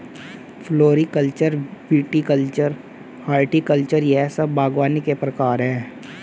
floriculture, viticulture, horticulture यह सब बागवानी के प्रकार है